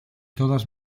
todas